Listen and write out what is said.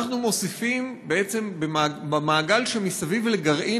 אנחנו מוסיפים בעצם במעגל שמסביב לגרעין